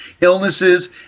illnesses